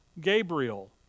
Gabriel